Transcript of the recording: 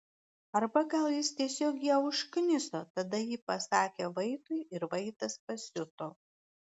arba gal jis tiesiog ją užkniso tada ji pasakė vaitui ir vaitas pasiuto